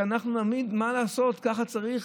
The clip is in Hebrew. שאנחנו נגיד: אין מה לעשות, ככה צריך?